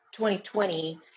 2020